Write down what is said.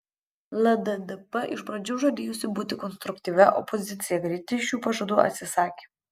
lddp iš pradžių žadėjusi būti konstruktyvia opozicija greitai šių pažadų atsisakė